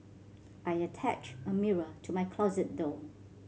I attached a mirror to my closet door